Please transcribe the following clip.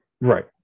right